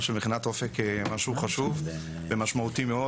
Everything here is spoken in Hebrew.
של מכינת אופק כמשהו חשוב ומשמעותי מאוד.